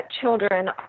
children